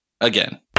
Again